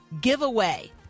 giveaway